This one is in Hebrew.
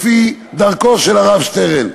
לפי דרכו של הרב שטרן.